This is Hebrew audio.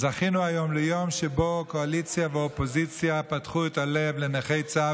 זכינו היום ליום שבו קואליציה ואופוזיציה פתחו את הלב לנכי צה"ל